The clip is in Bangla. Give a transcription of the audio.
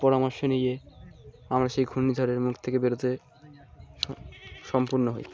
পরামর্শ নিয়ে আমরা সেই ঘূর্ণিঝড়ের মুখ থেকে বেরোতে সম্পূর্ণ হই